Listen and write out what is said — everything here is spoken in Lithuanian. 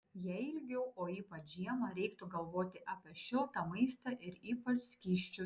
jei ilgiau o ypač žiemą reiktų galvoti apie šiltą maistą ir ypač skysčius